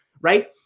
right